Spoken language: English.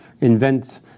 invent